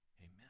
Amen